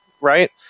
Right